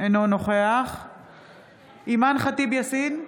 אינו נוכח אימאן ח'טיב יאסין,